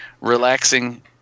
relaxing